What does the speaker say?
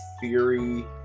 theory